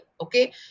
okay